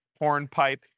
hornpipe